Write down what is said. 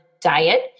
diet